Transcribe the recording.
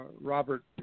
robert